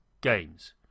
Games